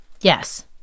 Yes